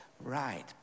Right